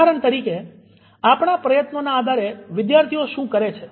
ઉદાહરણ તરીકે આપણા પ્રયત્નોના આધારે વિદ્યાર્થીઓ શું કરે છે